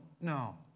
no